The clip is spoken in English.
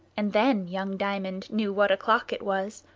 and then young diamond knew what o'clock it was,